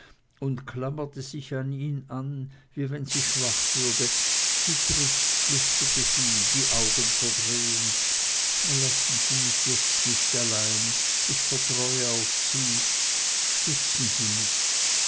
und klammerte sich an wie wenn sie schwach würde dietrich flüsterte sie die augen verdrehend lassen sie mich jetzt nicht allein ich vertraue auf sie stützen sie mich